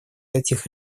этих